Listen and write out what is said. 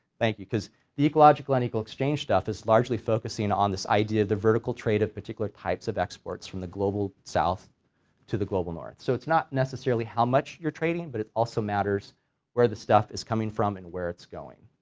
thank you, cause the ecological unequal exchange stuff is largely focusing on this idea of the vertical trade of particular types of exports from the global south to the global north, so it's not necessarily how much you're trading, but it also matters where the stuff is coming from and where it's going,